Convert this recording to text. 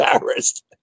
embarrassed